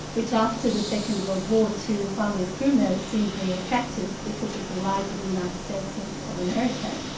which after the second world war to kwame nkrumah seemed very attractive because of the rise of the united states of of america.